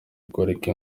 guhagarika